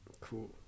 Cool